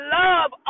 love